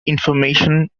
information